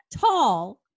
tall